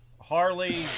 Harley